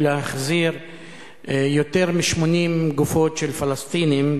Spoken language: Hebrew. להחזיר יותר מ-80 גופות של פלסטינים